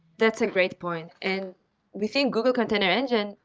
that's a great point, and we think google container engine,